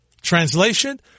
Translation